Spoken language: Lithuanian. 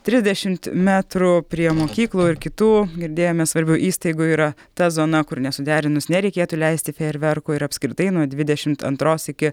trisdešimt metrų prie mokyklų ir kitų girdėjome svarbių įstaigų yra ta zona kur nesuderinus nereikėtų leisti fejerverkų ir apskritai nuo dvidešimt antros iki